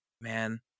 man